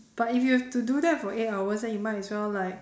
but if you have to do that for eight hours then you might as well like